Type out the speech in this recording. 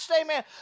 amen